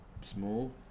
small